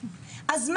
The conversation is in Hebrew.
לא